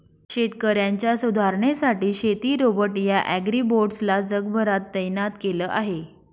शेतकऱ्यांच्या सुधारणेसाठी शेती रोबोट या ॲग्रीबोट्स ला जगभरात तैनात केल आहे